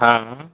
हँ